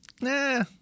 Nah